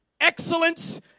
excellence